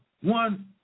one